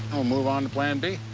we'll move on to plan b.